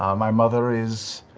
um my mother is.